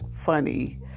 funny